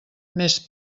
més